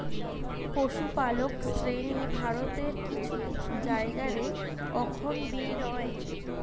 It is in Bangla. পশুপালক শ্রেণী ভারতের কিছু কিছু জায়গা রে অখন বি রয়